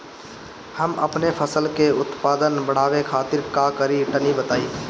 हम अपने फसल के उत्पादन बड़ावे खातिर का करी टनी बताई?